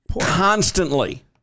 constantly